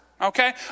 Okay